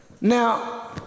Now